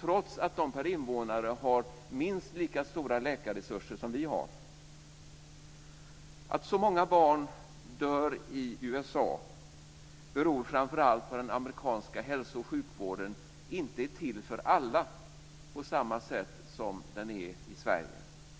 trots att man per invånare har minst lika stora läkarresurser som vi har. Att så många barn dör i USA beror framför allt på att den amerikanska hälso och sjukvården inte är till för alla på samma sätt som den är i Sverige.